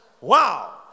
Wow